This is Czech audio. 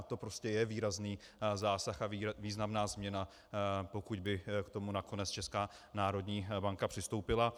A to prostě je výrazný zásah a významná změna, pokud by k tomu nakonec Česká národní banka přistoupila.